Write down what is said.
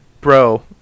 Bro